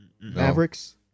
Mavericks